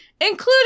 including